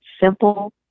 simple